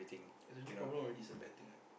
attitude problem already is a bad thing right